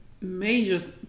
major